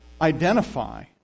identify